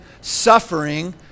suffering